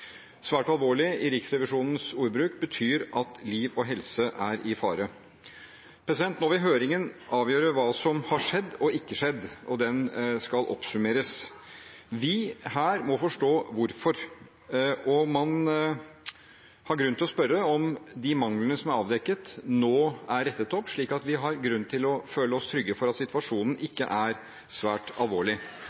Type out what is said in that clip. alvorlig» i Riksrevisjonens ordbruk betyr at liv og helse er i fare. Nå vil høringen avdekke hva som har skjedd, og ikke skjedd, og den skal oppsummeres. Vi, her, må forstå hvorfor, og man har grunn til å spørre om de manglene som er avdekket, nå er rettet opp, slik at vi har grunn til å føle oss trygge på at situasjonen ikke er «svært alvorlig».